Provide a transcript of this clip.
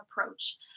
approach